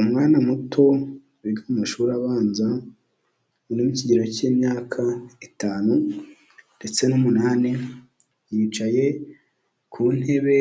Umwana muto wiga mu mashuri abanza, uri mu kigero cy'imyaka itanu ndetse n'umunani, yicaye ku ntebe